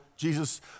Jesus